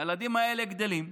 הילדים האלה גדלים,